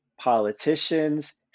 politicians